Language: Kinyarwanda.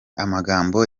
amagambo